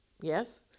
Yes